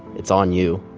it's on you.